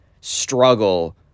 struggle